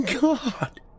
God